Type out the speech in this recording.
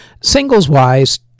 Singles-wise